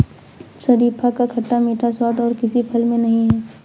शरीफा का खट्टा मीठा स्वाद और किसी फल में नही है